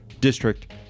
district